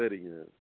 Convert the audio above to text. சரிங்க